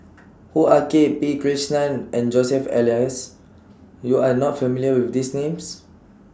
Hoo Ah Kay P Krishnan and Joseph Elias YOU Are not familiar with These Names